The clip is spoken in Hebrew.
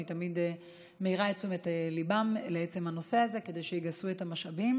אני תמיד מעירה את תשומת ליבם לעצם הנושא הזה כדי שיגייסו את המשאבים.